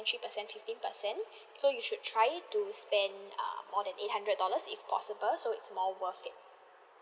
three percent fifteen percent so you should try to spend err more than eight hundred dollars if possible so it's more worth it